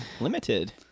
Limited